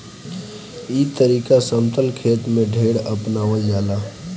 ई तरीका समतल खेत में ढेर अपनावल जाला